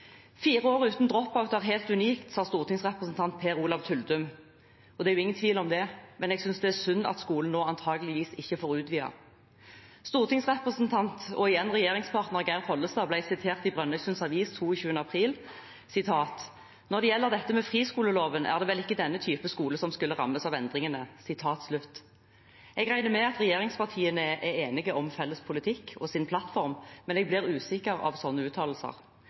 år uten drop out er helt unikt», sa stortingsrepresentant Per Olav Tyldum. Det er ingen tvil om det, men jeg synes det er synd at skolen nå antageligvis ikke får utvide. Stortingsrepresentant og regjeringspartner Geir Pollestad ble sitert i Brønnøysunds Avis den 20. april: «Når det gjelder dette med friskoleloven er det vel ikke denne typen skole som skulle rammes av endringene.» Jeg regner med at regjeringspartiene er enige om felles politikk og sin plattform, men jeg blir usikker av slike uttalelser.